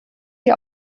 die